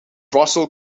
russell